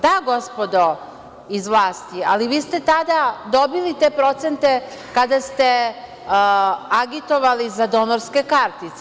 Da, gospodo iz vlasti, ali vi ste tada dobili te procente kada ste agitovali za donorske kartice.